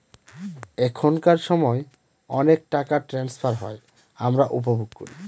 এখনকার সময় অনেক টাকা ট্রান্সফার হয় আমরা উপভোগ করি